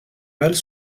mâles